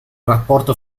rapporto